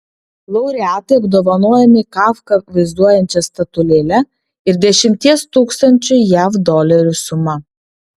laureatai apdovanojami kafką vaizduojančia statulėle ir dešimties tūkstančių jav dolerių suma